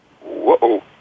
Whoa